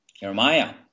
Jeremiah